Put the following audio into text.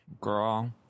girl